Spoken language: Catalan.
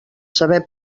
saber